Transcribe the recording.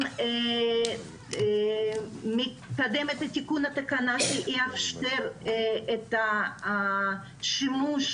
גם מתקדם לתיקון התקנה שתאפשר את השימוש